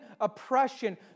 oppression